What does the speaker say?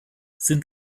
sind